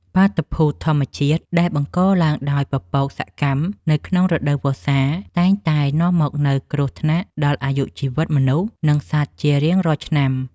បាតុភូតធម្មជាតិដែលបង្កឡើងដោយពពកសកម្មនៅក្នុងរដូវវស្សាតែងតែនាំមកនូវគ្រោះថ្នាក់ដល់អាយុជីវិតមនុស្ស និងសត្វជារៀងរាល់ឆ្នាំ។